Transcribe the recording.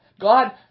God